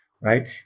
right